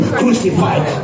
crucified